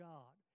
God